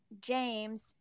James